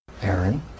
Aaron